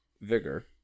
Vigor